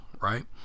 Right